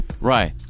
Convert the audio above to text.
Right